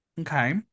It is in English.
Okay